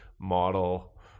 model